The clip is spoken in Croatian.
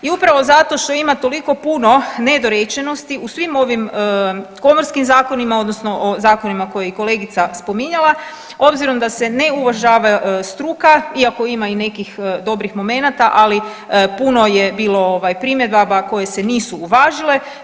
I upravo zato što ima toliko puno nedorečenosti u svim ovim komorskim zakonima odnosno o zakonima koje je i kolegica spominjala obzirom da se ne uvažava struka iako ima i nekih dobrih momenata, ali puno je bilo ovaj primjedaba koje se nisu uvažile.